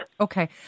Okay